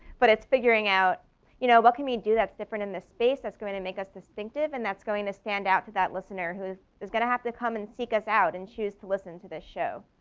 but it's figuring out you know what can we do that's different in this space that's going to and make us distinctive and that's going to stand out to that listener who is is gonna have to come and seek us out and choose to listen to this show.